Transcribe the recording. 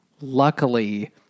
Luckily